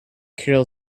carol